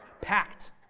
packed